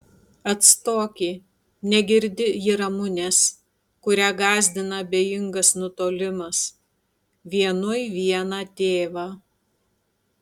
atstoki negirdi ji ramunės kurią gąsdina abejingas nutolimas vienui vieną tėvą